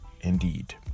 indeed